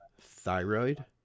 thyroid